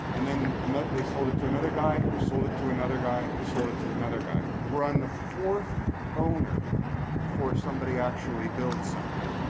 and then they sold it to another guy who sold it to another guy who sold it to another guy. we're on the fourth owner before somebody actually builds something.